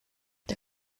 der